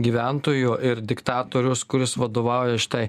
gyventojų ir diktatorius kuris vadovauja šitai